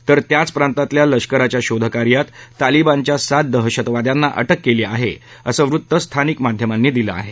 तर त्याचं प्रांतातल्या लष्कराच्या शोधकार्यात तालीबानच्या सात दहशतवाद्यांना अटक केली आहे असं वृत्त स्थानिक माध्यमांनी दिलं आहे